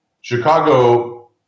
Chicago